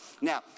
Now